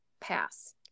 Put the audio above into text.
pass